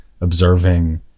observing